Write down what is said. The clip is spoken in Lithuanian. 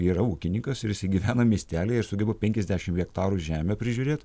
yra ūkininkas ir jisai gyvena miestelyje ir sugeba penkiasdešimt hektarų žemę prižiūrėti